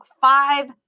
five